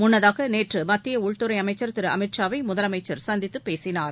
முன்னதாக நேற்று மத்திய உள்துறை அமைச்சா் திரு அமித் ஷா வை முதலமைச்சா் சந்தித்து பேசினார்